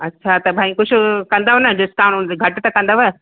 अच्छा त भई कुझु कंदव न डिस्काउंट घटि त कंदव